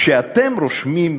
כשאתם רושמים,